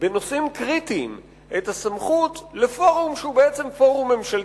בנושאים קריטיים את הסמכות לפורום שהוא בעצם פורום ממשלתי,